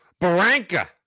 Baranka